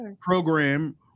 program